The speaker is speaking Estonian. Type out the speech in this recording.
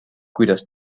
kuidas